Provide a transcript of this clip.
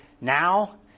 now